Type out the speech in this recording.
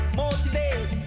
motivate